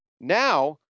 now